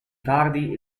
tardi